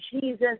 Jesus